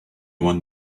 one